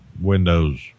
windows